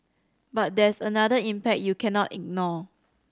but there's another impact you cannot ignore